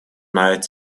night